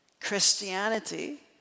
Christianity